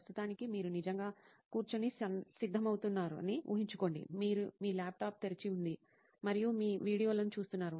ప్రస్తుతానికి మీరు నిజంగా కూర్చుని సిద్ధమవుతున్నారని ఊహించుకోండి మీ ల్యాప్టాప్ తెరిచి ఉంది మరియు మీరు వీడియోలను చూస్తున్నారు